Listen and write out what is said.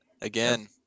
Again